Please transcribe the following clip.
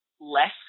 less